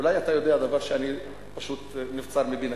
אולי אתה יודע דבר שפשוט נבצר מבינתי,